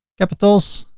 capitals.